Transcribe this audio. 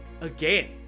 again